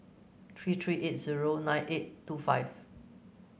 three three eight zero nine eight two five